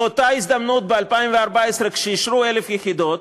באותה הזדמנות ב-2014, כשאישרו 1,000 יחידות,